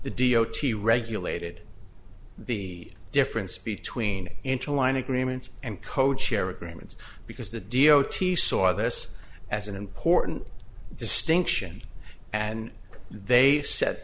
the d o t regulated the difference between interline agreements and code share agreements because the d o t saw this as an important distinction and they s